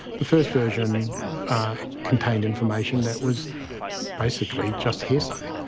the first version contained information that was basically just hearsay.